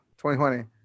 2020